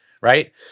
right